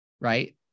Right